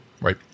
Right